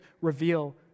reveal